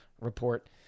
report